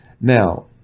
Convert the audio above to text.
Now